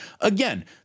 again